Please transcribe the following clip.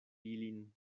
ilin